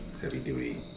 heavy-duty